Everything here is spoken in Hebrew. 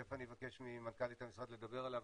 תיכף אני אבקש ממנכ"לית המשרד לדבר עליו,